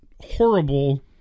horrible